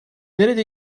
nerede